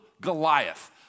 Goliath